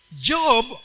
Job